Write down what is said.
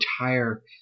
entire